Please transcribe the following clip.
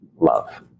love